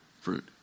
fruit